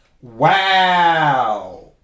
Wow